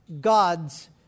God's